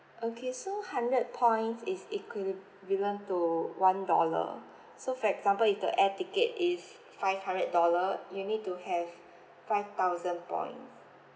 okay so hundred point is equivalent to one dollar so for example if the air ticket is five hundred dollar you need to have five thousand point